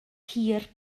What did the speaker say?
hir